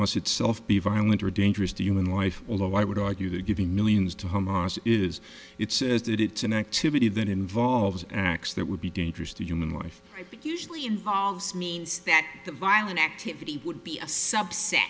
act itself be violent or dangerous to human life although i would argue that giving millions to hamas is it says that it's an activity that involves acts that would be dangerous to human life usually involves means that the violent activity would be a subset